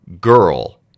girl